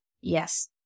yes